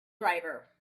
driver